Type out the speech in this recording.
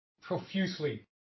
profusely